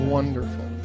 Wonderful